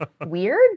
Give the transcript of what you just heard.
weird